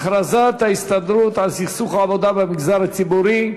הכרזת ההסתדרות על סכסוך עבודה במגזר הציבורי,